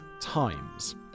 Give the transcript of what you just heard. times